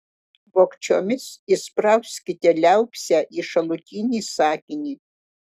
vogčiomis įsprauskite liaupsę į šalutinį sakinį